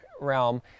realm